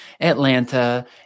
atlanta